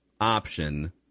option